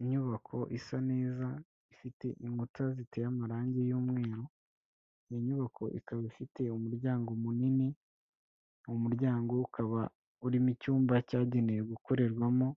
Inyubako isa neza ifite inkuta ziteye amarangi y'umweru, iyo nyubako ikaba ifite umuryango munini, uwo muryango ukaba urimo icyumba cyagenewe gukorerwamo